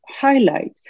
highlight